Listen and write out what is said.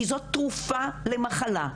כי זאת תרופה למחלה,